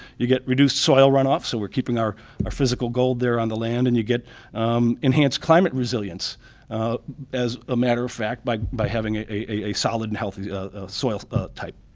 you get reduced soil runoff so we're keeping our our physical gold there on the land, and you get enhanced climate resilience as a matter of fact by by having a solid and healthy soil type.